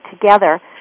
together